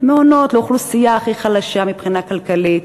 מעונות לאוכלוסייה הכי חלשה מבחינה כלכלית,